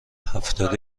هفتاد